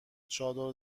چادر